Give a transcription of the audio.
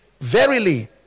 verily